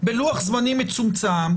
בלוח זמנים מצומצם,